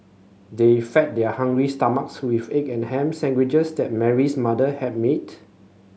they fed their hungry stomachs with egg and ham sandwiches that Mary's mother had